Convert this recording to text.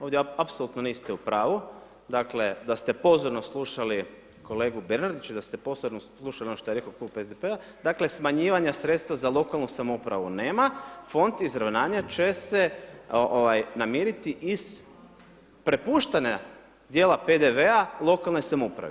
Ovdje apsolutno niste u pravu dakle da ste pozorno slušali kolegu Bernardića i pozorno slušali ono što je rekao Klub SDP-a, dakle smanjivanja sredstva za lokalnu samoupravu nema fond izravnanja će se ovaj namiriti iz prepuštenog dijela PDV-a lokalnoj samoupravi.